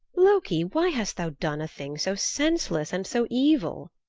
loki, why hast thou done a thing so senseless and so evil?